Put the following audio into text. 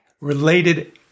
related